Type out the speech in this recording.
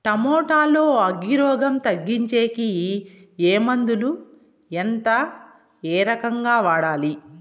Tomato లో అగ్గి రోగం తగ్గించేకి ఏ మందులు? ఎంత? ఏ రకంగా వాడాలి?